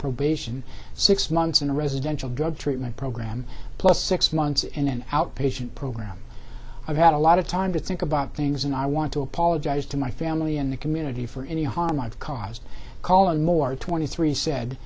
probation six months in a residential drug treatment program plus six months in an outpatient program i've had a lot of time to think about things and i want to apologize to my family and the community for any harm i've caused calling more twenty three said